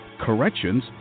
corrections